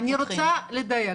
אני רוצה לדייק,